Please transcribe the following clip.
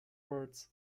words